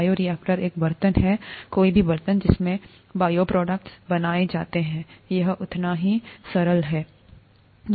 bioreactor एक बर्तन है कोई भी बर्तन जिसमें बायोप्रोडक्ट्स बनाए जाते हैं यह उतना ही सरल है